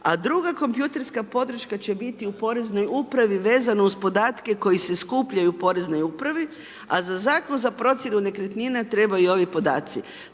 a druga kompjuterska podrška će biti u poreznoj upravi vezano uz podatke koji se skupljaju u poreznoj upravi, a za zakon za procjenu nekretnina trebaju ovi podaci.